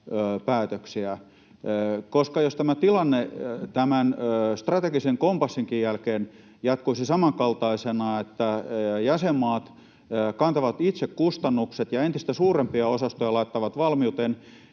jos tämä tilanne tämän strategisen kompassinkin jälkeen jatkuisi samankaltaisena, että jäsenmaat kantavat itse kustannukset ja laittavat entistä suurempia osastoja valmiuteen